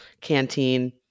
canteen